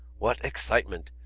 what excitement!